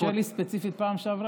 הוא כן אפשר לי ספציפית בפעם שעברה.